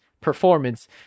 performance